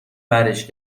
برش